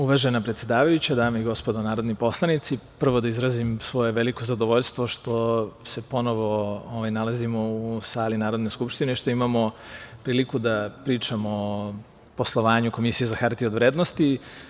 Uvažena predsedavajuća, dame i gospodo narodni poslanici, prvo da izrazim svoje veliko zadovoljstvo što se ponovo nalazimo u sali Narodne skupštine, što imamo priliku da pričamo o poslovanju Komisije za HOV.